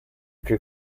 che